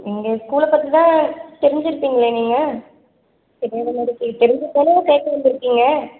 நீங்கள் ஸ்கூலில் பற்றி தான் தெரிஞ்சிருப்பீங்களே நீங்கள் தெரிஞ்சு தானே சேர்க்க வந்துருக்கீங்க